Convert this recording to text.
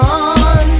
on